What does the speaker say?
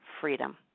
freedom